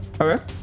Okay